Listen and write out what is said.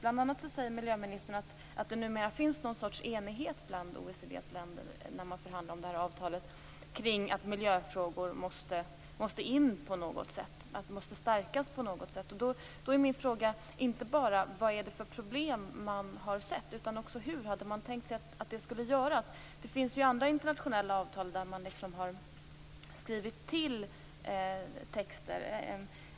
Miljöministern säger bl.a. att det numera finns någon sorts enighet bland OECD:s länder när man förhandlar om det här avtalet, om att miljöfrågor måste komma in och stärkas på något sätt. Då är min fråga inte bara vilka problem man har sett utan också hur man hade tänkt sig att det skulle göras. Det finns ju andra internationella avtal där man har skrivit till texter.